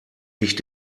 nicht